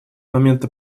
момента